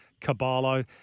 Caballo